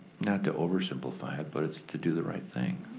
not to oversimplify it, but it's to do the right thing.